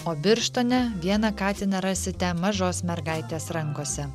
o birštone vieną katiną rasite mažos mergaitės rankose